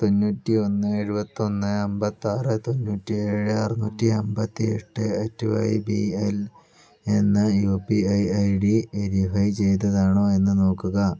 തൊണ്ണൂറ്റി ഒന്ന് എഴുപത്തൊന്ന് അമ്പത്താറ് തൊണ്ണൂറ്റി ഏഴ് അറുന്നൂറ്റി അമ്പത്തി എട്ട് അറ്റ് വൈ ബി എൽ എന്ന U P I I D verify ചെയ്തതാണോ എന്ന് നോക്കുക